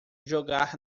jogar